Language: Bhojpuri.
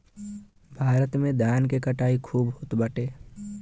भारत में धान के कटाई खूब होत बाटे